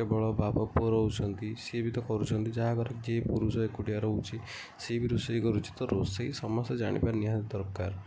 କେବଳ ବାପପୁଅ ରହୁଛନ୍ତି ସିଏ ବି ତ କରୁଛନ୍ତି ଯାହା ଘରେ ଯିଏ ପୁରୁଷ ଏକୁଟିଆ ରହୁଛି ସିଏ ବି ରୋଷେଇ କରୁଛି ତ ରୋଷେଇ ସମସ୍ତେ ଜାଣିବା ନିହାତି ଦରକାର